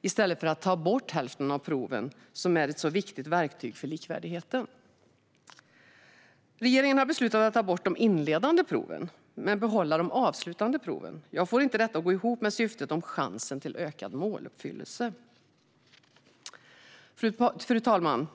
i stället för att ta bort hälften av proven, som är ett så viktigt verktyg för likvärdigheten? Regeringen har beslutat att ta bort de inledande proven men behålla de avslutande proven. Jag får inte detta att gå ihop med syftet om chansen till ökad måluppfyllelse. Fru talman!